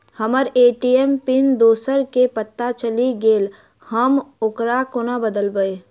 हम्मर ATM pin दोसर केँ पत्ता चलि गेलै, हम ओकरा कोना बदलबै?